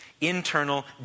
internal